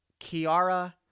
Kiara